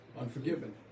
Unforgiven